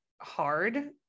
hard